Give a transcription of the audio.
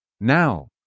now